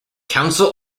council